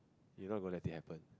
you not gonna let it happen